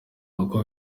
uko